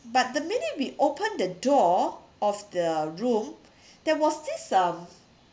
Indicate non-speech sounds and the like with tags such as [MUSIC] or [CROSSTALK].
but the minute we open the door of the room [BREATH] there was this um